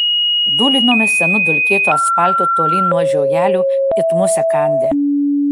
dūlinome senu dulkėtu asfaltu tolyn nuo žiogelių it musę kandę